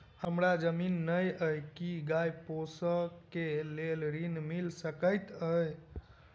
हमरा जमीन नै अई की गाय पोसअ केँ लेल ऋण मिल सकैत अई?